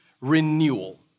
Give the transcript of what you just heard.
renewal